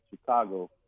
Chicago